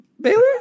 baylor